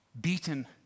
beaten